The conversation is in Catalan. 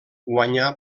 guanyà